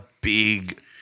big